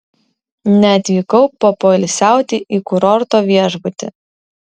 neatvykau papoilsiauti į kurorto viešbutį